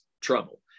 trouble